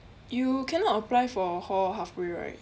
you cannot apply for hall halfway right